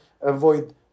avoid